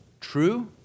True